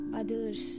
others